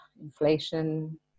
inflation